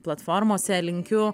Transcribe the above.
platformose linkiu